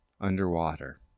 Underwater